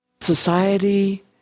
Society